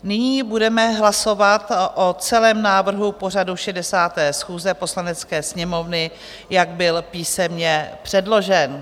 Nyní budeme hlasovat o celém návrhu pořadu 60. schůze Poslanecké sněmovny, jak byl písemně předložen.